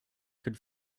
could